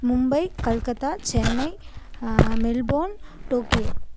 Mumbai Calcutta Chennai Melbourne Tokyo